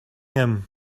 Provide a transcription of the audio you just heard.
him